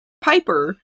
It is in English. piper